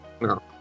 No